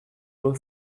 will